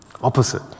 Opposite